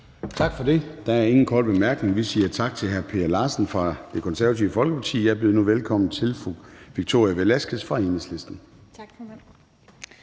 Tak for det. Der er ingen korte bemærkninger. Vi siger tak til hr. Per Larsen fra Det Konservative Folkeparti. Jeg byder nu velkommen til fru Victoria Velasquez fra Enhedslisten. Kl.